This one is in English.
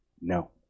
No